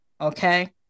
Okay